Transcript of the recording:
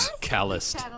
Calloused